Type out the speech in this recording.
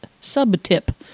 sub-tip